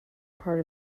part